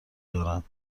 دارند